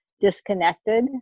disconnected